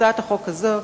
הצעת החוק הזאת